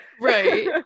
right